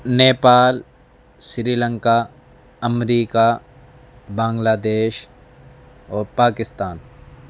نیپال سری لنکا امریکہن بنگلہ دیش اور پاکستان